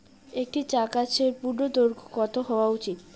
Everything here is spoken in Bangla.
একটি চা গাছের পূর্ণদৈর্ঘ্য কত হওয়া উচিৎ?